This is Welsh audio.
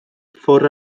ffwrdd